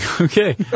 Okay